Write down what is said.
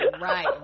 right